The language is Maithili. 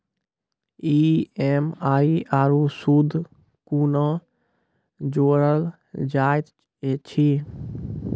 ई.एम.आई आरू सूद कूना जोड़लऽ जायत ऐछि?